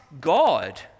God